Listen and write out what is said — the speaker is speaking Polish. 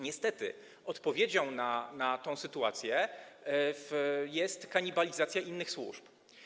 Niestety odpowiedzią na tę sytuację jest kanibalizacja innych służb.